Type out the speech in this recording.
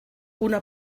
una